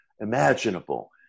imaginable